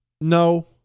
no